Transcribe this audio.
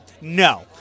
No